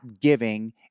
giving